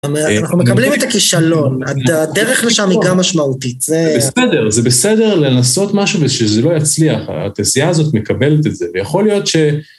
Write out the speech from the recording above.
אנחנו מקבלים את הכישלון, הדרך לשם היא גם משמעותית. זה בסדר, זה בסדר לנסות משהו ושזה לא יצליח, התעשייה הזאת מקבלת את זה, ויכול להיות ש...